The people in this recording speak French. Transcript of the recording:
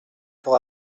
sur